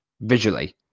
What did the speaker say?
visually